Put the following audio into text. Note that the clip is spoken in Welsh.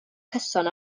cyson